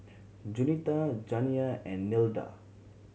Juanita Janiah and Nilda